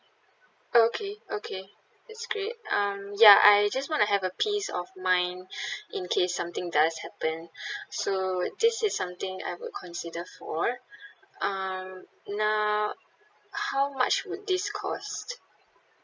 okay okay that's great um ya I just want to have a peace of mind in case something does happen so this is something I would consider for um now how much would this cost